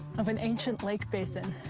of an ancient lake basin,